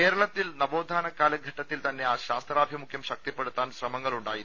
കേരളത്തിൽ നവോത്ഥാന കാലഘട്ടത്തിൽ തന്നെ ശാസ്ത്രാഭിമുഖ്യം ശക്തിപ്പെടുത്താൻ ശ്രമങ്ങൾ ഉണ്ടായിരുന്നു